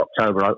October